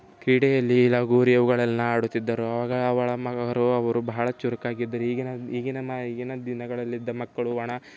ಕ್ರೀಡೆಯಲ್ಲಿ ಲಗೋರಿ ಅವುಗಳೆಲ್ಲ ಆಡುತ್ತಿದ್ದರು ಆವಾಗ ಅವಳ ಮಗಳು ಅವರು ಬಹಳ ಚುರುಕಾಗಿದ್ದರು ಈಗಿನ ಈಗಿನ ಮಾ ಈಗಿನ ದಿನಗಳಲ್ಲಿದ್ದ ಮಕ್ಕಳು ಒಣ